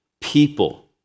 People